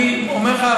אני אומר לך,